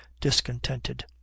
discontented